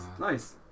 nice